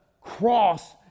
cross